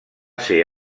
ser